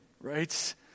Right